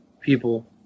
people